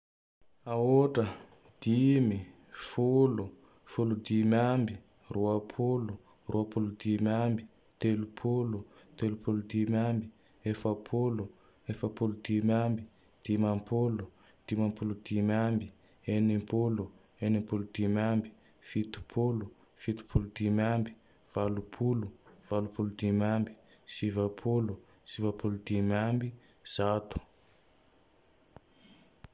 Aotra, dimy, folo, folo dimy ambe, roapolo, roapolo dimy ambe, telopolo, telopolo dimy ambe, efapolo, efapolo dimy ambe, dimampolo, dimampolo dimy ambe, enimpolo, enimpolo dimy ambe, fitopolo, fitopolo dimy ambe, valopolo, valopolo dimy ambe, sivapolo, sivapolo dimy ambe, zato.